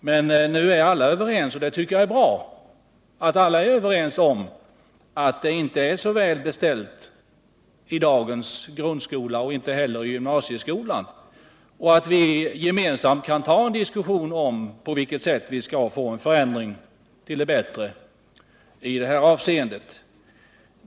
Men nu är alla överens om att det inte är så väl beställt vare sig i grundskolan eller i gymnasieskolan, och vi kan föra en diskussion om på vilket sätt vi skall få en förändring till det bättre i detta avseende.